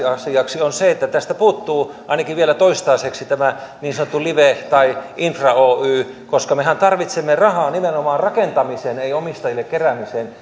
asiaksi on se että tästä puuttuu ainakin vielä toistaiseksi tämä niin sanottu live tai infra oy koska mehän tarvitsemme rahaa nimenomaan rakentamiseen ei omistajille keräämiseen